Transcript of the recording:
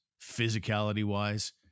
physicality-wise